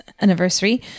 anniversary